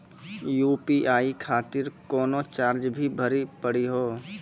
UPI खातिर कोनो charge भी भरी पड़ी हो?